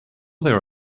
there